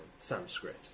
Sanskrit